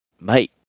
Mate